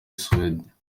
suwede